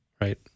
right